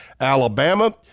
Alabama